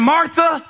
Martha